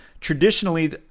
traditionally